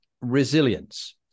resilience